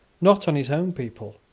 not on his own people,